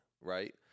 right